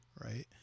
right